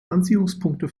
anziehungspunkte